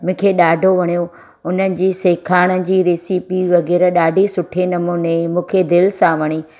मूंखे ॾाढो वणियो हुननि जी सेखारण जी रेसीपी वग़ैरह ॾाढे सुठे नमूने मूंखे दिलि सां वणी